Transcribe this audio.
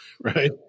Right